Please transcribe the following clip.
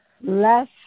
less